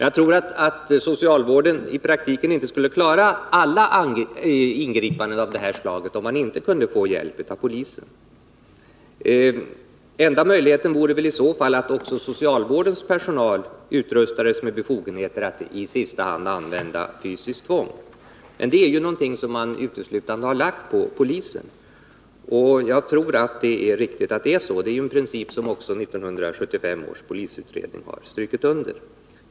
Jag tror att socialvården i praktiken inte skulle klara alla ingripanden av detta slag, om man inte kunde få hjälp av polisen. Enda möjligheten vore i så fall att också socialvårdens personal utrustades med befogenheter att i sista hand använda fysiskt tvång. Men det är någonting som man uteslutande har lagt på polisen, och jag tror det är riktigt att det är så. Det är en princip som också 1975 års polisutredning har strukit under.